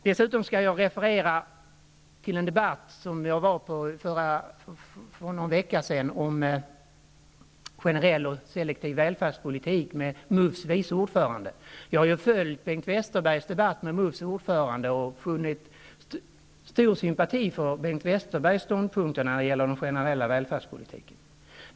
Dessutom vill jag referera till en debatt, som jag var på för någon vecka sedan, om generell och selektiv välfärdspolitik med MUF:s vice ordförande. Jag har följt Bengt Westerbergs debatt med MUF:s ordförande och känt stor sympati för Bengt Westerbergs ståndpunkter när det gäller den generella välfärdspolitiken.